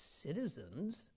citizens